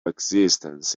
existence